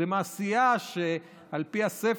זאת מעשייה שעל פי הספר,